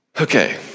Okay